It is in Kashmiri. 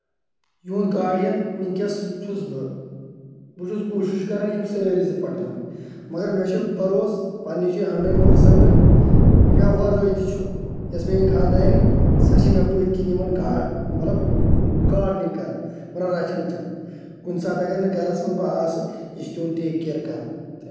یِہُنٛد گاڑین وٕنکیٚس چھُس بہٕ بہٕ چھُس کوٗشش کران یِم سٲری زٕ پَکناوٕنۍ مَگر مےٚ چھُ بَروسہٕ پَنٕنۍ جایہِ ہنڈرڈ پٔرسنٹ مےٚ وَرٲے تہِ چھُ یۄس میٲنۍ خانٛدارِنۍ سۄ چھ مےٚ پٔتۍ کِنۍ یِمن گا مطلب گاڈنِنگ کران مطلب رَچھان چھکھ کُنہِ ساتہٕ اَگر نہٕ گرس منٛز بہٕ آسہٕ یہِ چھُ تِہُند ٹیک کِیر کران